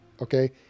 okay